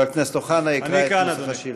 חבר הכנסת אוחנה יקרא את נוסח השאילתה.